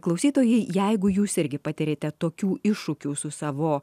klausytojai jeigu jūs irgi patiriate tokių iššūkių su savo